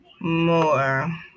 more